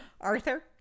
Arthur